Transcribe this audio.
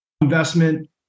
investment